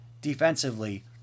defensively